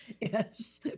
Yes